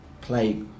play